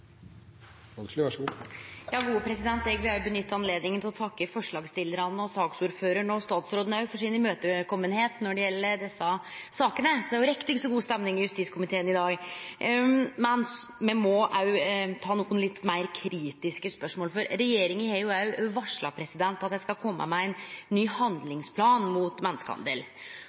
av opplysninger så langt, er det ikke noen generell praksis som skulle være i strid med verken våre internasjonale forpliktelser eller de vedtakene vi kommer med i denne sal. Eg vil òg nytte anledninga til å takke forslagsstillarane, og også saksordførar og statsråden for å ha vore imøtekomande når det gjeld desse sakene, så det er jo riktig så god stemning i justiskomiteen i dag. Men me må òg stille nokre litt meir kritiske spørsmål. Regjeringa har